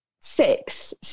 six